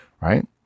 right